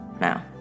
now